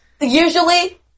Usually